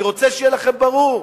אני רוצה שיהיה לכם ברור.